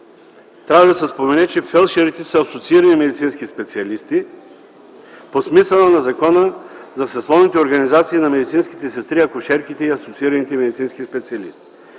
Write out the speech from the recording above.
трябва да се спомене, че фелдшерите са асоциирани медицински специалисти по смисъла на закона за съсловните организации на медицинските сестри, акушерките и асоциираните медицински специалисти,